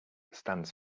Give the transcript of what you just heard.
stands